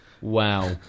Wow